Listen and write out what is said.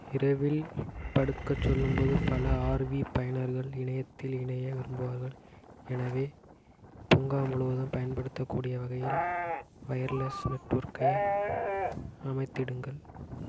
இரவில் படுக்கச் செல்லும்போது பல ஆர்வி பயனர்கள் இணையத்தில் இணைய விரும்புவார்கள் எனவே பூங்கா முழுவதும் பயன்படுத்தக்கூடிய வகையில் வயர்லெஸ் நெட்வொர்க்கை அமைத்திடுங்கள்